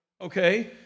okay